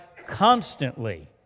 constantly